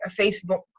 Facebook